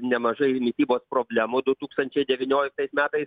nemažai mitybos problemų du tūkstančiai devynioliktais metais